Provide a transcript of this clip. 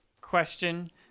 question